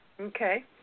Okay